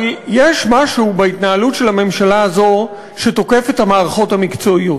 אבל יש משהו בהתנהלות של הממשלה הזו שתוקף את המערכות המקצועיות.